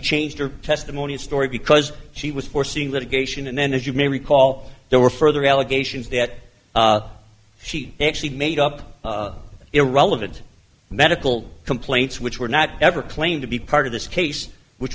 changed her testimony story because she was forcing litigation and then as you may recall there were further allegations that she actually made up irrelevant medical complaints which were not ever claimed to be part of this case which